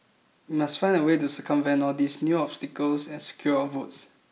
we must find a way to circumvent all these new obstacles and secure our votes